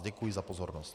Děkuji za pozornost.